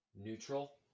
Neutral